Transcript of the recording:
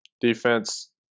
defense